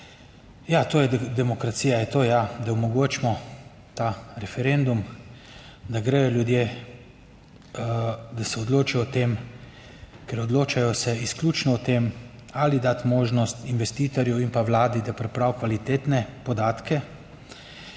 Ja, to je demokracija, je to, ja, da omogočimo ta referendum, da gredo ljudje, da se odločijo o tem, ker odločajo se izključno o tem ali dati možnost investitorju in pa Vladi, da pripravi kvalitetne podatke.